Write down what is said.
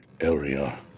area